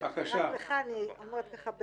אני רק אומרת לך,